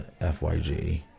FYG